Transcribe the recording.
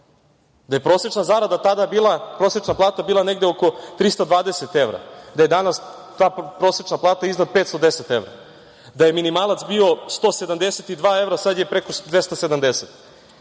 da je prosečna zarada tada bila, prosečna plata bila negde oko 320 evra, da je danas ta prosečna plata iznad 510 evra, da je minimalac bio 172 evra, sad je preko 270